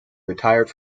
retired